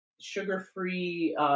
sugar-free